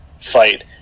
fight